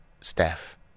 Steph